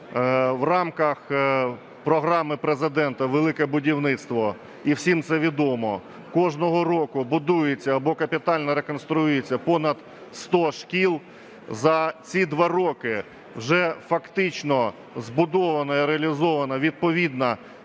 В рамках програми Президента "Велике будівництво", і всім це відомо, кожного року будується або капітально реконструюється понад сто шкіл. За ці два роки вже фактично збудувано і реалізована відповідна